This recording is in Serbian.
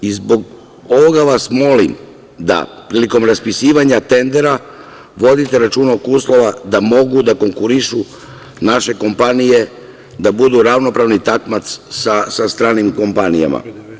Zbog ovoga vas molim da prilikom raspisivanja tender vodite računa oko uslova, da mogu da konkurišu naše kompanije, da bude ravnopravni takmac sa stranim kompanijama.